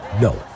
No